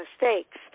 mistakes